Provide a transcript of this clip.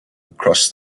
across